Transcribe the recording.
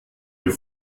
wir